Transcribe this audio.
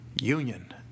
union